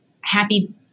happy